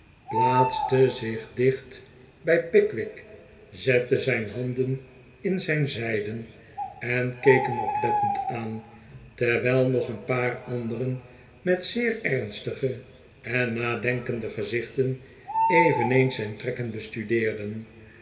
plaatste zich dicht bij pickwick zette zijn handen in zijn zijden en keek hem oplettend aan terwijl nog een paar anderen met zeer ernstige en nadenkende gezichten eveneens zijn trekken